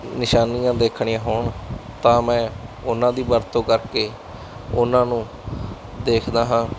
ਨਿਸ਼ਾਨੀਆਂ ਦੇਖਣੀਆਂ ਹੋਣ ਤਾਂ ਮੈਂ ਉਹਨਾਂ ਦੀ ਵਰਤੋਂ ਕਰਕੇ ਉਹਨਾਂ ਨੂੰ ਦੇਖਦਾ ਹਾਂ